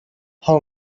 how